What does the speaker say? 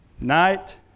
night